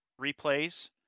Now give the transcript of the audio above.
replays